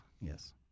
Yes